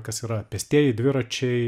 kas yra pėstieji dviračiai